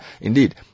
indeed